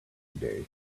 today